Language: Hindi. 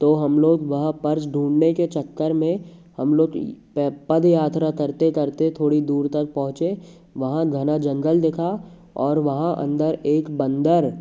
तो हम लोग वह पर्स ढूँढने के चक्कर में हम लोग पद यात्रा करते करते थोड़ी दूर तक पहुंचे वहाँ घना जंगल दिखा और वहाँ अंदर एक बंदर